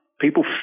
people